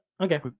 Okay